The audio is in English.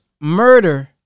murder